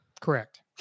Correct